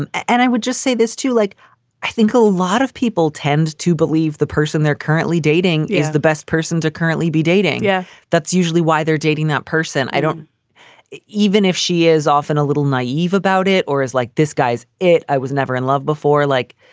and and i would just say this, too, like i think a lot of people tend to believe the person they're currently dating is the best person to currently be dating. yeah that's usually why they're dating that person. i don't even if she is often a little naive about it or is like this, guys, it was never in love before. like,